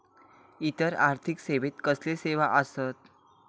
इतर आर्थिक सेवेत कसले सेवा आसत?